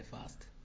fast